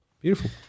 beautiful